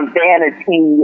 vanity